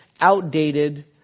outdated